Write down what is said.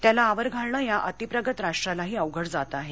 त्याला आवर घालणं या अतिप्रगत राष्ट्रालाही अवघड जातं आहे